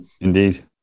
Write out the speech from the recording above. Indeed